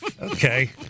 Okay